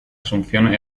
asunción